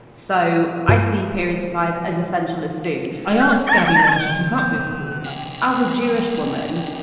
so i see periods suppliers as essential as food i asked gabby why she took up this cause as a jewish woman,